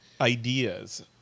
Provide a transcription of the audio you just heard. ideas